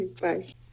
Bye